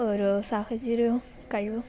ഒരു സാഹചര്യവും കഴിവും